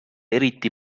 eriti